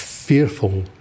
Fearful